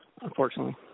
unfortunately